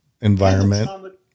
environment